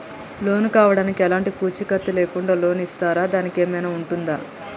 Loan కావడానికి ఎలాంటి పూచీకత్తు లేకుండా లోన్ ఇస్తారా దానికి ఏమైనా ఉంటుందా?